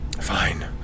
Fine